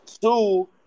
two